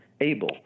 able